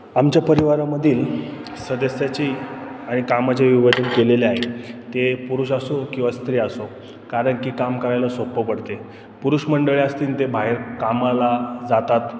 आमच्या परिवारामधील सदस्याची आणि कामाचे विभाजन केलेले आहे ते पुरुष असो किंवा स्त्री असो कारण की काम करायला सोपं पडते पुरुषमंडळी असतीन ते बाहेर कामाला जातात